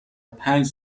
پنج